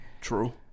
True